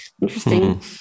Interesting